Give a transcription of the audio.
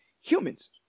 humans